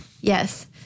Yes